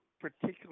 particular